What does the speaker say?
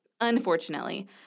unfortunately